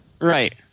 Right